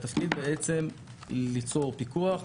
התפקיד בעצם ליצור פיקוח,